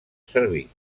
servir